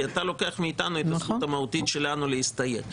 כי אתה לוקח מאיתנו את הזכות המהותית שלנו להסתייג.